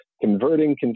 converting